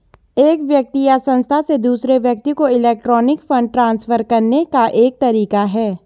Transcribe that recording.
एक व्यक्ति या संस्था से दूसरे व्यक्ति को इलेक्ट्रॉनिक फ़ंड ट्रांसफ़र करने का एक तरीका है